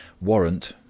warrant